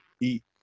eat